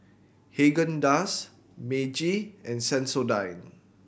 Haagen Dazs Meiji and Sensodyne